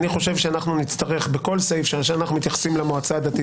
אני חושב שבכל סעיף שאנחנו מתייחסים למועצה הדתית